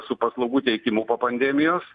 su paslaugų teikimu po pandemijos